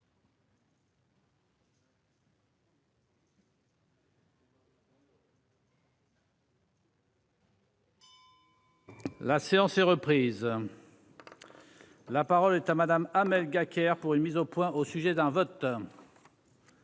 La séance est reprise. La parole est à madame Hamel Gacquerre pour une mise au point, au sujet d'un vote.